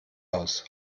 aus